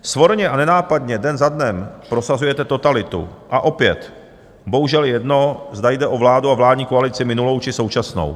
Svorně a nenápadně den za dnem prosazujete totalitu a opět bohužel jedno, zda jde o vládu a vládní koalici minulou, či současnou.